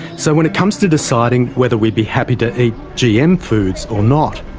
so when it comes to deciding whether we'd be happy to eat gm foods or not,